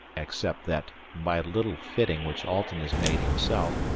except that, by a little fitting which alten has made himself,